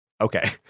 Okay